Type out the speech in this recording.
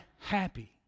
happy